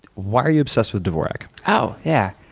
why are you obsessed with dvorak? oh, yeah.